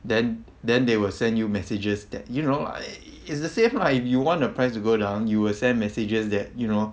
then then they will send you messages that you know i~ it's the same lah if you want the prices go down you will send messages that you know